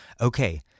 Okay